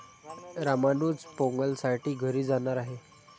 रामानुज पोंगलसाठी घरी जाणार आहे